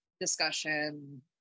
discussion